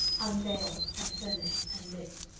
unveiled and furnished and lit.